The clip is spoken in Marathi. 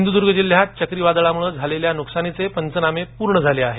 सिंधुदुर्ग जिल्हयात चक्रीवादळामुळे झालेल्या नुकसानीचे पचनामे पूर्ण झाले आहेत